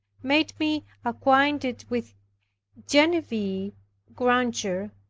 made me acquainted with genevieve granger,